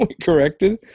corrected